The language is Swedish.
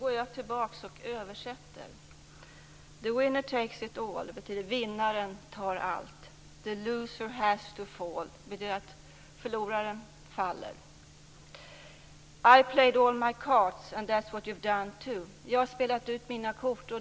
Fru talman! Översättningen lyder: Vinnaren tar allt. Förloraren måste ge upp. Jag har spelat ut alla mina kort, och det har också du. Inget mera ess att spela ut. Domaren har avgörandet.